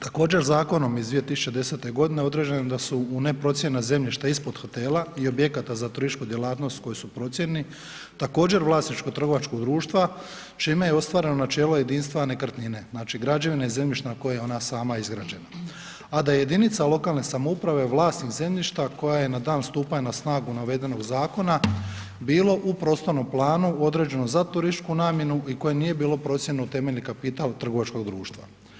Također zakonom iz 2010. godine određeno je da su u neprocijenjena zemljišta ispod hotela i objekata za turističku djelatnost koji su procijenjeni također vlasništvo trgovačkog društva čime je ostvareno načelo jedinstva nekretnine, znači građevina i zemljište na kojem je ona sama izgrađena, a da jedinica lokalne samouprave vlasnik zemljišta koja je na da stupanja na snagu navedenog zakona bilo u prostornom planu određenom za turističku namjenu i koje nije bilo procijenjeno u temeljni kapital trgovačkog društva.